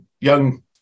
young